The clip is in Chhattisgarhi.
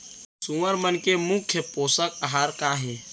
सुअर मन के मुख्य पोसक आहार का हे?